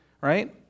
right